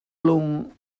lung